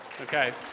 Okay